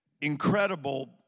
incredible